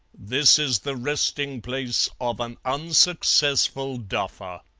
this is the resting-place of an unsuccessful duffer.